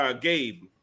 Gabe